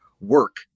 work